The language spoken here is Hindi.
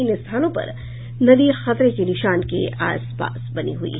इन स्थानों पर नदी खतरे के निशान के आसपास बनी हुई है